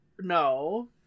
No